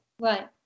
Right